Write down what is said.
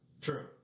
True